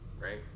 right